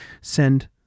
send